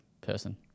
person